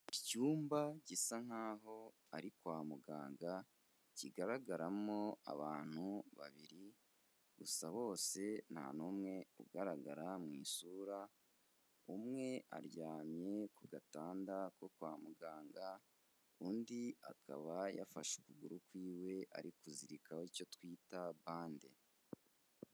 Icyumba gisa nk'aho ari kwa muganga, kigaragaramo abantu babiri gusa bose nta n'umwe ugaragara mu isura, umwe aryamye ku gatanda ko kwa muganga, undi akaba yafashe ukuguru kwiwe, ari kuzirikaho icyo twita bande.